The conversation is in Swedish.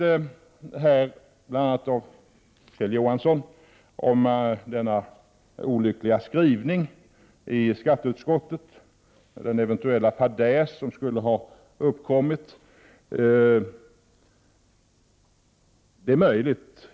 Det talas här, bl.a. av Kjell Johansson, om den olyckliga skrivningen i skatteutskottets betänkande, om en eventuell fadäs.